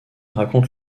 raconte